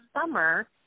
summer –